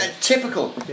Typical